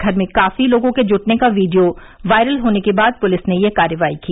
घर में काफी लोगों के जुटने का वीडियो वायरल होने के बाद पुलिस ने यह कार्रवाई की